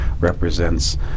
represents